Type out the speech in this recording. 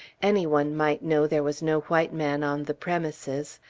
any one might know there was no white man on the premises.